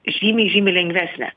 žymiai žymiai lengvesnė